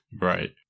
Right